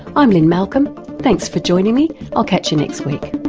i'm lynne malcolm, thanks for joining me, i'll catch you next week